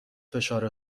فشار